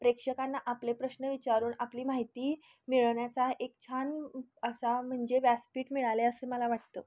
प्रेक्षकांना आपले प्रश्न विचारून आपली माहिती मिळण्याचा एक छान असा म्हणजे व्यासपीठ मिळालं आहे असे मला वाटतं